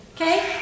okay